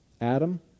Adam